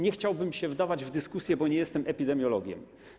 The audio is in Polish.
Nie chciałbym się wdawać w dyskusję, bo nie jestem epidemiologiem.